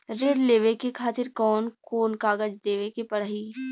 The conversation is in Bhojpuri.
ऋण लेवे के खातिर कौन कोन कागज देवे के पढ़ही?